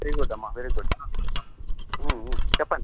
very good అమ్మా very good చెప్పండి